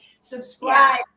Subscribe